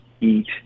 eat